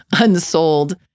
unsold